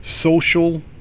Social